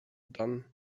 dan